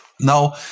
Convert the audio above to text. Now